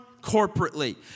corporately